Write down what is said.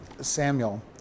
samuel